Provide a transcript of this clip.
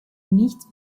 nichts